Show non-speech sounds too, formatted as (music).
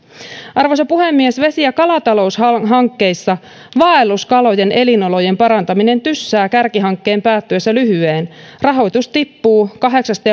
arvoisa puhemies vesi ja kalataloushankkeissa vaelluskalojen elinolojen parantaminen tyssää kärkihankkeen päättyessä lyhyeen rahoitus tippuu kahdeksasta (unintelligible)